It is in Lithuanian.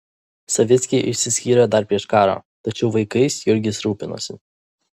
savickiai išsiskyrė dar prieš karą tačiau vaikais jurgis rūpinosi